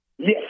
Yes